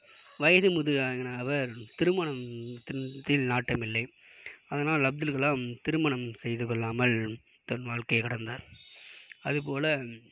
வயது முதிர் ஆன அவர் திருமணத்தின் கீழ் நாட்டமில்லை அதனால் அப்துல் கலாம் திருமணம் செய்து கொள்ளாமல் தன் வாழ்க்கையை கடந்தார் அது போல்